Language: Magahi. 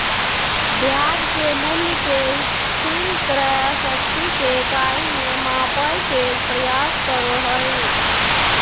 ब्याज के मूल्य के स्थिर क्रय शक्ति के इकाई में मापय के प्रयास करो हइ